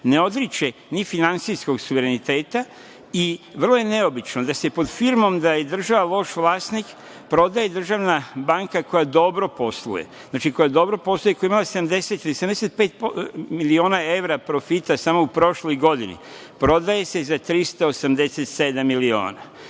ne odriče ni finansijskog suvereniteta i vrlo je neobično da se pod firmom da je država loš vlasnik, prodaje državna banka koja dobro posluje, koja ima 75 miliona evra profita samo u prošloj godini, prodaje se za 387 miliona. Pa